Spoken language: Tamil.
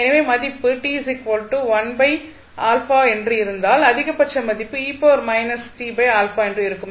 எனவே மதிப்பு t1to என்று இருந்தால் அதிகபட்ச மதிப்பு என்று இருக்கும்